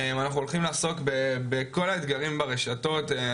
אנחנו הולכים לעסוק בכל האתגרים ברשתות,